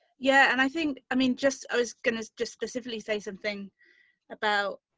yeah, and i think i mean just i was gonna just specifically say something about.